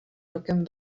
rokem